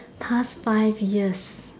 past five years